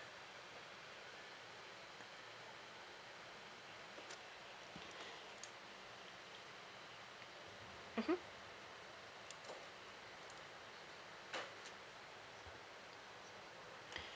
mmhmm